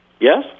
yes